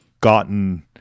gotten